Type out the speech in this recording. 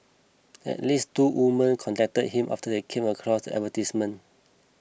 at least two women contacted him after they came across the advertisement